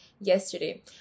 yesterday